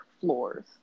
floors